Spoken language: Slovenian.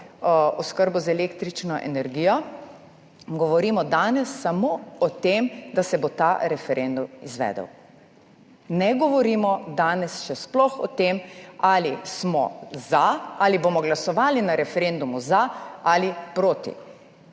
oskrbo z električno energijo. Danes govorimo samo o tem, da se bo ta referendum izvedel. Ne govorimo danes še sploh o tem, ali smo za, ali bomo glasovali na referendumu za ali proti.